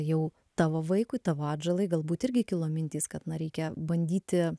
jau tavo vaikui tavo atžalai galbūt irgi kilo mintis kad na reikia bandyti